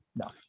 no